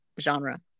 genre